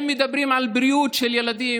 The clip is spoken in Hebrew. הם מדברים על בריאות של ילדים.